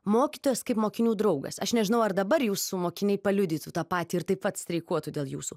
mokytojas kaip mokinių draugas aš nežinau ar dabar jūsų mokiniai paliudytų tą patį ir taip pat streikuotų dėl jūsų